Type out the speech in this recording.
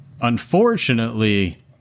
Unfortunately